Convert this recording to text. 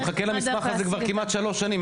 אני מחכה למסמך הזה כבר כמעט שלוש שנים.